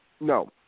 No